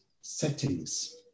settings